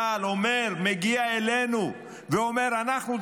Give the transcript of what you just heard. אמרתי את זה, אבל בסדר.